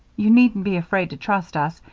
you needn't be afraid to trust us,